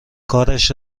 کارش